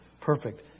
perfect